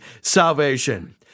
salvation